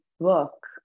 book